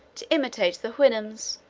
to imitate the houyhnhnms.